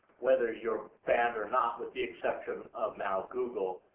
whether youire banned or not with the exception of, now, google,